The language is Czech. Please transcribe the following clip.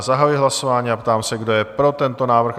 Zahajuji hlasování a ptám se, kdo je pro tento návrh?